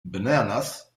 bananas